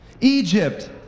Egypt